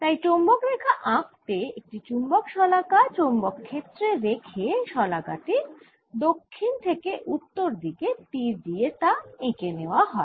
তাই চৌম্বক রেখা আঁকতে একটি চুম্বক শলাকা চৌম্বক ক্ষেত্রে রেখে শলাকা টির দক্ষিন থেকে উত্তরের দিকে তীর দিয়ে তা এঁকে নেওয়া হয়